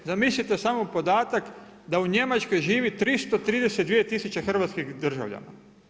Zamislite samo podatak da u Njemačkoj živi 332 tisuće hrvatskih državljana.